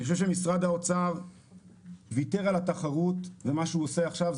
אני חושב שמשרד האוצר ויתר על התחרות ומה שהוא עושה עכשיו,